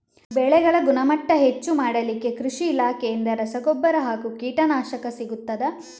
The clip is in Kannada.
ಬೆಳೆಗಳ ಗುಣಮಟ್ಟ ಹೆಚ್ಚು ಮಾಡಲಿಕ್ಕೆ ಕೃಷಿ ಇಲಾಖೆಯಿಂದ ರಸಗೊಬ್ಬರ ಹಾಗೂ ಕೀಟನಾಶಕ ಸಿಗುತ್ತದಾ?